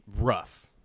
rough